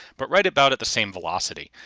but right about at the same velocity.